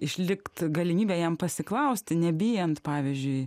išlikt galimybė jam pasiklausti nebijant pavyzdžiui